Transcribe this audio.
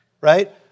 Right